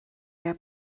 their